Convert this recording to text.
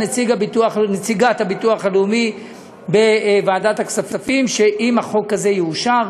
נציגת הביטוח הלאומי הבטיחה בוועדת הכספים שאם החוק הזה יאושר,